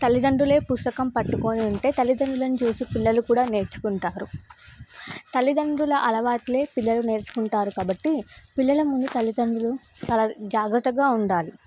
తల్లిదండ్రులే పుస్తకం పట్టుకొని ఉంటే తల్లిదండ్రులను చూసి పిల్లలు కూడా నేర్చుకుంటారు తల్లిదండ్రుల అలవాట్లే పిల్లలు నేర్చుకుంటారు కాబట్టి పిల్లల ముందు తల్లిదండ్రులు చాలా జాగ్రత్తగా ఉండాలి